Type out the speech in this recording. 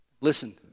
Listen